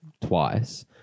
twice